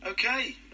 Okay